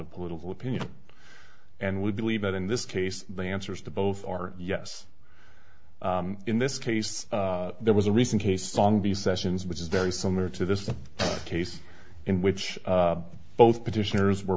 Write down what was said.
of political opinion and we believe that in this case the answers to both are yes in this case there was a recent case song the sessions which is very similar to this case in which both petitioners were